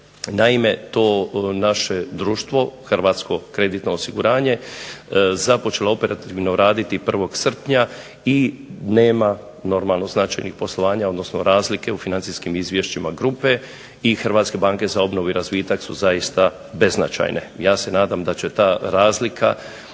Naime, to naše društvo Hrvatsko kreditno osiguranje, započelo je operativno raditi 1. srpnja i nema normalno značajnih poslovanja odnosno razlike u financijskim izvješćima grupe i HBOR-a su zaista beznačajne. Ja se nadam da će ta razlika